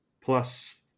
Plus